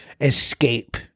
escape